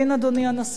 אדוני הנשיא,